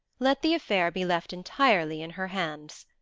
let the affair be left entirely in her hands.